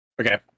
okay